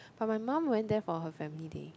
but my mum went there for her family day